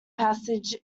passage